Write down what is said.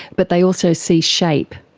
but they also see shape.